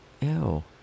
Ew